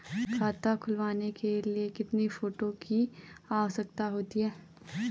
खाता खुलवाने के लिए कितने फोटो की आवश्यकता होती है?